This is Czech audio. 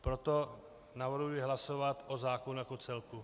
Proto navrhuji hlasovat o zákonu jako celku.